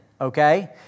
okay